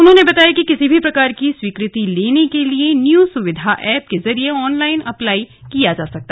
उन्होंने बताया कि किसी भी प्रकार की स्वीकृति लेने के लिए न्यू सुविधा एप के जरिये ऑनलाईन अप्लाई करना होगा